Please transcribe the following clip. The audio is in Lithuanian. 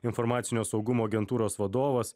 informacinio saugumo agentūros vadovas